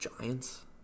Giants